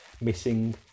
missing